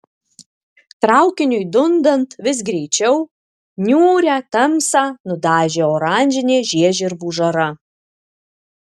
traukiniui dundant vis greičiau niūrią tamsą nudažė oranžinė žiežirbų žara